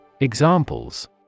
Examples